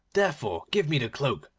therefore give me the cloak,